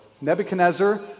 Nebuchadnezzar